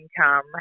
income